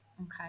Okay